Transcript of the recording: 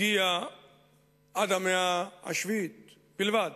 הגיע עד המאה השביעית בלבד,